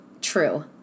True